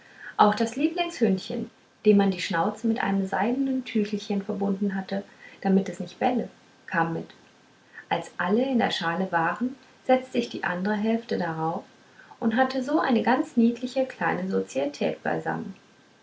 auch das lieblingshündchen dem man die schnauze mit einem seidnen tüchelchen verbunden hatte damit es nicht belle kam mit als alle in der schale waren setzte ich die andre hälfte darauf und hatte so eine ganz niedliche kleine sozietät beisammen